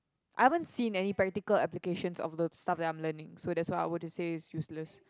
I haven't seen any practical applications of the stuff that I'm learning so that's why I would to say it's useless